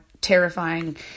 terrifying